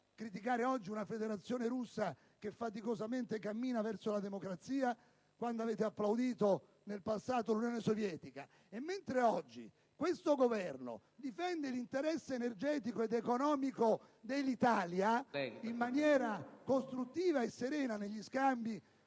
criticare oggi una Federazione russa che faticosamente cammina verso la democrazia, quando avete applaudito, nel passato, l'Unione Sovietica. Oggi questo Governo difende l'interesse energetico ed economico dell'Italia in maniera costruttiva e serena negli scambi